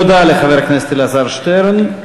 תודה לחבר הכנסת אלעזר שטרן.